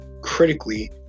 critically